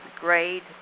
grade